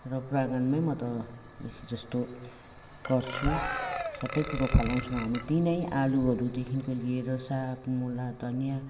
र प्राङ्गणमै म त बेसीजस्तो गर्छु सबै कुरो फलाउँछौँ हामी त्यहीँ नै आलुहरूदेखिको लिएर साग मुला धनियाँ